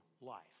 life